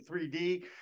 3D